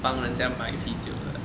帮人家买啤酒的